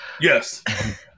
Yes